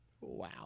Wow